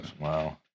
Wow